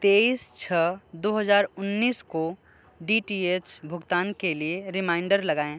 तेईस छः दो हजार उन्नीस को डी टी एच भुगतान के लिए रिमाइंडर लगाए